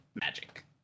magic